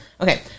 Okay